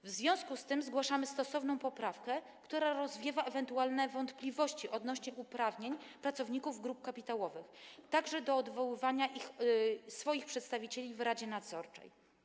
W związku z tym zgłaszamy stosowną poprawkę, która rozwiewa ewentualne wątpliwości odnośnie do uprawnień pracowników grup kapitałowych, także do odwoływania swoich przedstawicieli z rady nadzorczej.